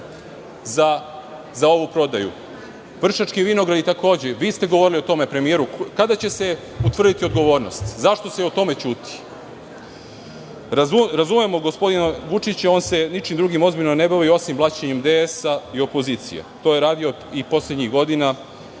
za ovu prodaju? Vršački vinogradi, takođe. Vi ste govorili o tome, premijeru. Kada će se utvrditi odgovornost? Zašto se i o tome ćuti? Razumemo gospodina Vučića, on se ničim drugim ozbiljno ne bavi, osim blaćenjem DS i opozicije. To je radio i poslednjih godina. Mi